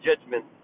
judgment